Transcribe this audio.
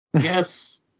Yes